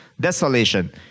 desolation